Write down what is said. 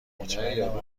مطمئنم